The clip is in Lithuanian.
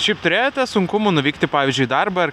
šaip turėjote sunkumų nuvykti pavyzdžiui į darbą ar